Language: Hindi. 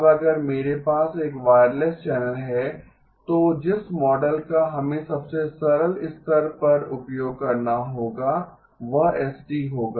अब अगर मेरे पास एक वायरलेस चैनल है तो जिस मॉडल का हमें सबसे सरल स्तर पर उपयोग करना होगा वह s होगा